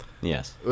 Yes